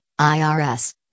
IRS